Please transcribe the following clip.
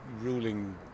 ruling